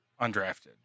undrafted